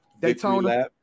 Daytona